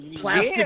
plastic